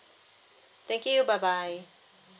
thank you bye bye